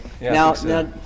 now